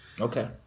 Okay